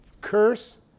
curse